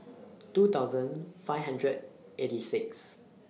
two thousand five hundred eighty six